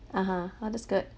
(uh huh) !wow! that's good